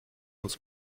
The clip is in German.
uns